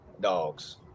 dogs